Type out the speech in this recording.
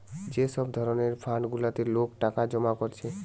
যে সব ধরণের ফান্ড গুলাতে লোক টাকা জমা করে